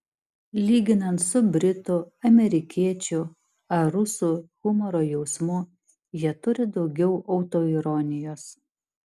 lyginant su britų amerikiečių ar rusų humoro jausmu jie turi daugiau autoironijos